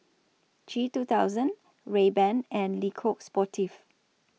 G two thousand Rayban and Le Coq Sportif